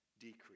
decrease